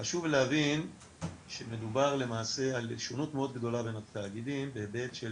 חשוב להבין שמדובר על שונות מאוד גדולה בין התאגידים בהיבט של